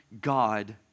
God